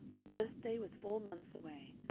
her birthday was four months away,